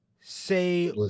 say